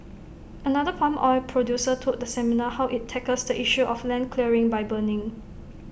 another palm oil producer told the seminar how IT tackles the issue of land clearing by burning